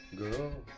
girl